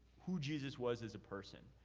who jesus was as a person.